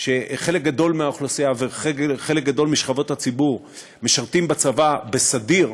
שחלק גדול מהאוכלוסייה וחלק גדול משכבות הציבור משרתים בצבא בסדיר,